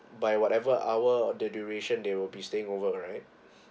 by whatever hour the duration they will be staying over right